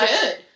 good